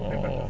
orh